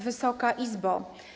Wysoka Izbo!